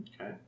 Okay